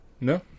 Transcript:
No